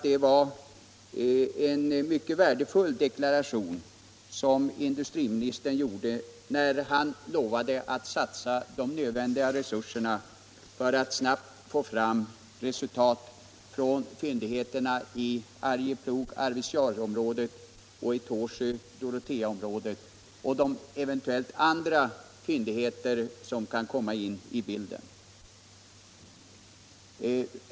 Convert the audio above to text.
Det var en mycket värdefull deklaration som industriministern gjorde när han lovade att satsa de nödvändiga resurserna för att snabbt få fram resultat från fyndigheterna i Arjeplog-Arvidsjaurområdet och i Tåsjö-Doroteaområdet och från de andra fyndigheter som eventuellt kan komma in i bilden.